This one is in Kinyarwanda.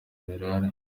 gen